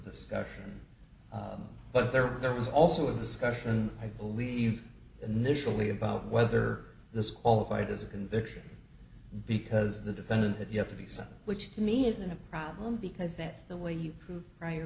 sky but there there was also a discussion i believe nationally about whether this qualified as a conviction because the defendant that you have to be something which to me isn't a problem because that's the way you prove prior